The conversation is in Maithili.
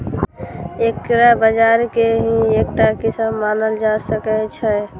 एकरा बाजार के ही एकटा किस्म मानल जा सकै छै